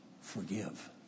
Forgive